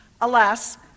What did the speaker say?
Alas